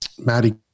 Maddie